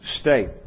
state